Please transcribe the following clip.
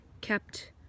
kept